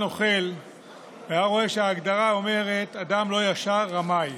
לא ישר, רמאי.